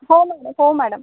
हो मॅडम हो मॅडम